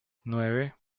nueve